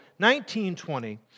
1920